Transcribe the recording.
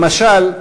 למשל,